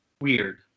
weird